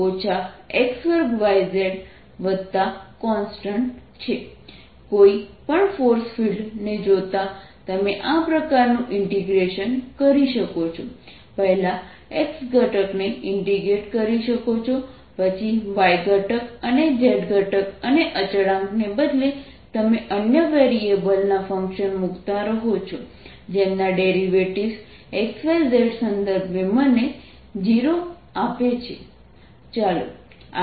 Vxyz x2yzf ∂V∂z x2y∂f∂z x2y dfdz0fconstant Vxyz x2yzconstant કોઈ પણ force field ને જોતાં તમે આ પ્રકારનું ઇન્ટીગ્રેશન કરી શકો છો પહેલા x ઘટકને ઇન્ટિગ્રેટ કરી શકો છો પછી y ઘટક અને z ઘટક અને અચળાંક ને બદલે તમે અન્ય વેરીએબલ ના ફંકશન મૂકતા રહો છો જેમના ડેરિવેટિવ્ઝ x y z સંદર્ભે મને 0 આપે છે